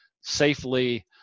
safely